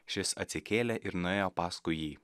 šis atsikėlė ir nuėjo paskui jį